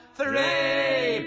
three